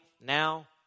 now